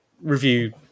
review